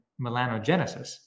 melanogenesis